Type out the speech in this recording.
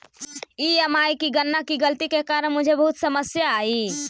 EMI की गणना की गलती के कारण मुझे बहुत समस्या आई